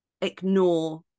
ignore